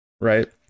right